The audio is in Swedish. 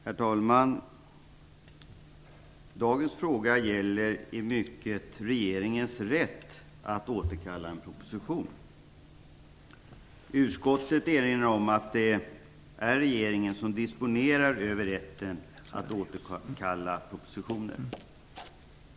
Herr talman! Dagens fråga gäller i mycket regeringens rätt att återkalla en proposition. Utskottet erinrar om att det är regeringen som disponerar över rätten att återkalla propositioner.